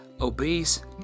obese